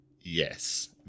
yes